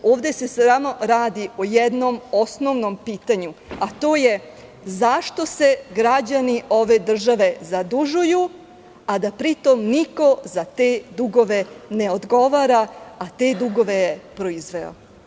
Ovde se samo radi o jednom osnovnom pitanju, a to je – zašto se građani ovde države zadužuju a da niko za te dugove ne odgovara, a te dugove je proizveo?